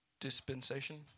dispensation